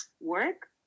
work